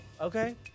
Okay